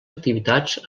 activitats